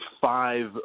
five